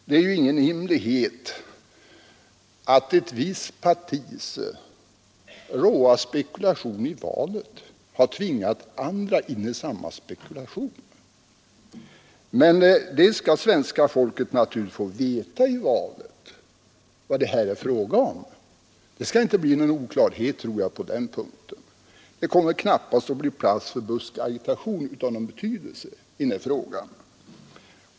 Det är ju ingen hemlighet att ett visst partis råa spekulation i valet har tvingat andra in i samma spekulation, men svenska folket skall naturligtvis få veta inför valet vad det är fråga om. Det skall inte bli någon oklarhet på den punkten, tror jag. Det kommer inte att bli plats för buskagitation av någon betydelse i den här frågan.